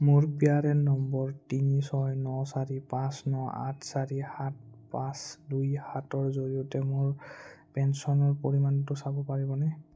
মোৰ P R A N নম্বৰ তিনি ছয় ন চাৰি পাঁচ ন আঠ চাৰি সাত পাঁচ দুই সাতৰ জৰিয়তে মোৰ পেঞ্চনৰ পৰিমাণটো চাব পাৰিবনে